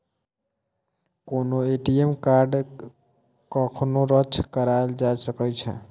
कोनो ए.टी.एम कार्डकेँ कखनो रद्द कराएल जा सकैत छै